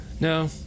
No